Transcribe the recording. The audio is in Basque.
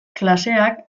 klaseak